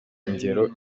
ingero